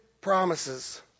promises